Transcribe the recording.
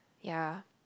ya